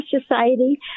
society